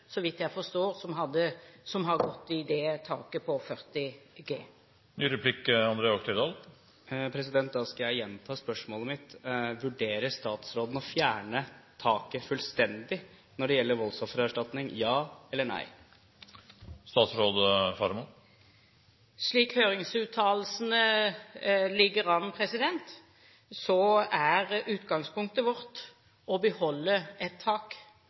som har nådd det taket på 40 G. Da skal jeg gjenta spørsmålet mitt: Vurderer statsråden å fjerne taket fullstendig når det gjelder voldsoffererstatning – ja eller nei? Slik høringsuttalelsene ligger an, er utgangspunktet vårt å beholde et tak.